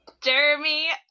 Jeremy